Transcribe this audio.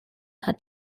hat